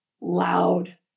loud